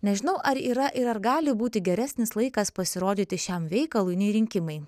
nežinau ar yra ir ar gali būti geresnis laikas pasirodyti šiam veikalui nei rinkimai